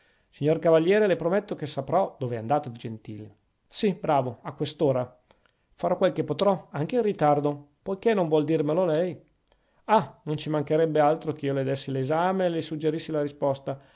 signor cavaliere le prometto che saprò dove è andato il gentili sì bravo a quest'ora farò quel che potrò anche in ritardo poichè non vuol dirmelo lei oh non ci mancherebbe altro che io le dessi l'esame e le suggerissi la risposta